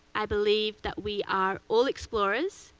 i believe that we are all explorers,